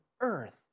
earth